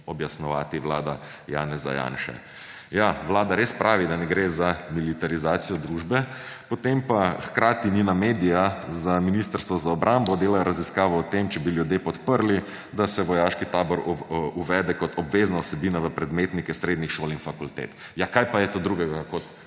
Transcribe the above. objasnjevati vlada Janeza Janše. Ja, vlada res pravi, da ne gre za militarizacijo družbe, potem pa hkrati njena media za Ministrstvo za obrambo dela raziskavo o tem, če bi ljudje podprli, da se vojaški tabor uvede kot obvezna vsebina v predmetnike srednjih šol in fakultet. Ja, kaj pa je to drugega kot